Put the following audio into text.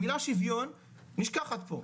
המילה שוויון נשכחת פה.